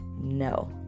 No